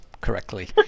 correctly